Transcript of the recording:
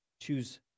Choose